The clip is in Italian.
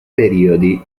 periodi